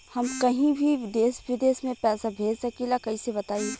हम कहीं भी देश विदेश में पैसा भेज सकीला कईसे बताई?